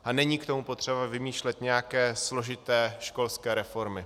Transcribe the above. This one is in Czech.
A není k tomu potřeba vymýšlet nějaké složité školské reformy.